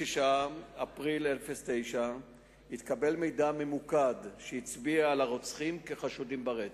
באפריל 2009 התקבל מידע ממוקד שהצביע על הרוצחים כחשודים ברצח.